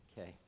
Okay